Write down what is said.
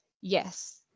yes